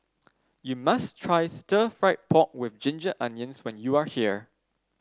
you must try Stir Fried Pork with Ginger Onions when you are here